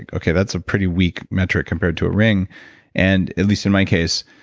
and okay that's a pretty weak metric compared to a ring and at least in my case,